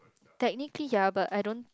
technically yeah but I don't